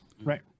Right